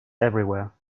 everywhere